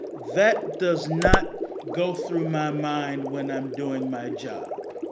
that does not go through my mind when i'm doing my job.